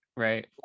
Right